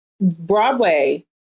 Broadway